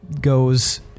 goes